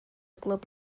glwb